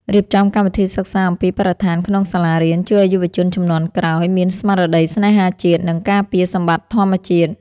រៀបចំកម្មវិធីសិក្សាអំពីបរិស្ថានក្នុងសាលារៀនជួយឱ្យយុវជនជំនាន់ក្រោយមានស្មារតីស្នេហាជាតិ និង ការពារសម្បត្តិធម្មជាតិ។